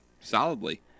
solidly